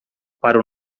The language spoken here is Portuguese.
para